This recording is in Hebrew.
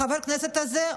חבר הכנסת הזה,